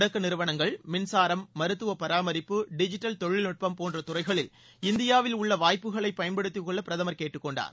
தொடக்க நிறுவனங்கள் மின்சாரம் மருத்துவ பராமிப்பு டிஜிட்டல் தொழில்நுட்பம் போன்ற துறைகளில் இந்தியாவில் உள்ள வாய்ப்புகளை பயன்படுத்தி கொள்ள பிரதமர் கேட்டுக்கொண்டார்